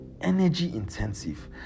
energy-intensive